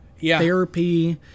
therapy